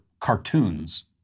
cartoons